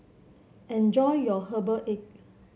enjoy your Herbal Egg